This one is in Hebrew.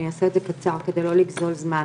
אני אעשה את זה קצר כדי לא לגזול זמן.